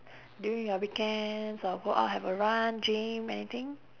during your weekends or go out have a run gym anything